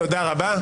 תודה רבה.